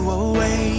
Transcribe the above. away